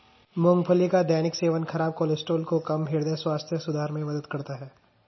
मूंगफली का दैनिक सेवन खराब कोलेस्ट्रॉल को कम, हृदय स्वास्थ्य सुधार में मदद करता है